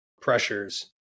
pressures